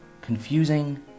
confusing